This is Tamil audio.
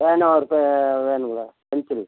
பேனா ஒரு பே வேணுங்களே பென்சில்